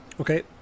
Okay